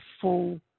full